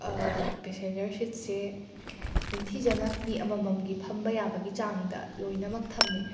passenger ꯁꯤꯠꯁꯦ ꯅꯤꯡꯊꯤꯖꯅ ꯃꯤ ꯑꯃꯃꯝꯒꯤ ꯐꯝꯕ ꯌꯥꯕꯒꯤ ꯆꯥꯡꯗ ꯂꯣꯏꯅꯃꯛ ꯊꯝꯃꯦ